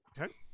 Okay